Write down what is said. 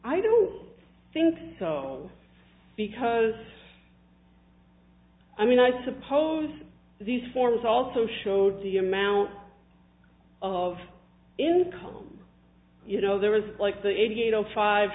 i don't think so because i mean i suppose these forms also showed the amount of income you know there was like the eighty eight zero five